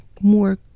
more